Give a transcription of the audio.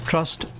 Trust